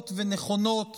כואבות ונכונות